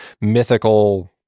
mythical